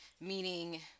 meaning